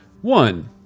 One